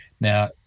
Now